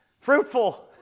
fruitful